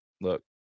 look